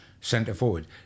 centre-forward